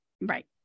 Right